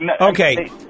Okay